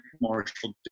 Marshall